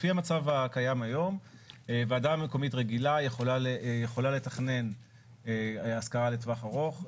לפי המצב הקיים היום ועדה מקומית רגילה יכולה לתכנן השכרה לטווח ארוך,